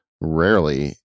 rarely